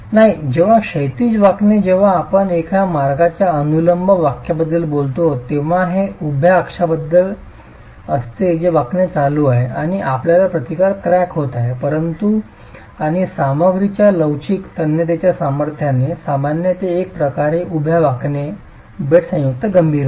नाही जेव्हा क्षैतिज वाकणे जेव्हा आपण एका मार्गाच्या अनुलंब वाक्याबद्दल बोलतो तेव्हा हे उभ्या अक्षाबद्दल असते जे वाकणे चालू आहे आणि आपल्याला प्रतिकार क्रॅक होत आहेत संयुक्त आणि सामग्रीच्या लवचिक तन्यतेच्या सामर्थ्याने सामान्य ते एक प्रकारे उभ्या वाकणे बेड संयुक्त गंभीर होते